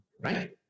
right